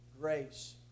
grace